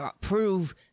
prove